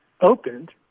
opened